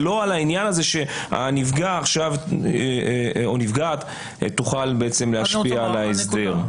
ולא על העניין הזה שהנפגע עכשיו יוכל להשפיע על ההסדר.